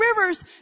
rivers